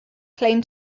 claim